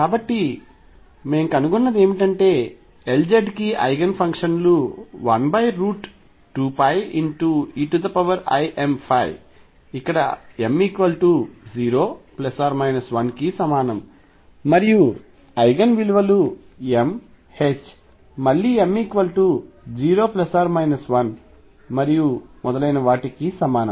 కాబట్టి మేము కనుగొన్నది ఏమిటంటే Lz కి ఐగెన్ ఫంక్షన్ లు 12πeimϕ ఇక్కడ m 0 1 కి సమానం మరియు ఐగెన్ విలువలు m మళ్లీ m0 1 మరియు మొదలైన వాటికి సమానం